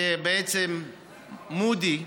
ובעצם מודי,